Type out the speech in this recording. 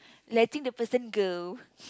letting the person go